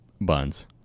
buns